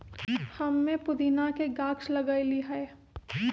हम्मे पुदीना के गाछ लगईली है